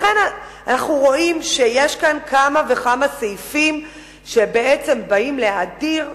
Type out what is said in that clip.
אנחנו רואים שיש כאן כמה וכמה סעיפים שבעצם באים להאדיר,